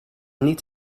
niet